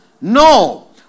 No